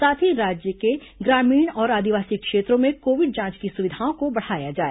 साथ ही राज्य के ग्रामीण और आदिवासी क्षेत्रों में कोविड जांच की सुविधाओं को बढ़ाया जाए